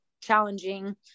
challenging